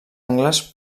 angles